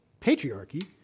patriarchy